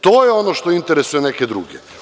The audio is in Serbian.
To je ono što interesuje neke druge.